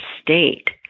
state